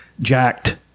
jacked